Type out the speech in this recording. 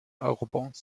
eurobonds